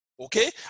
Okay